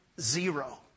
zero